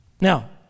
Now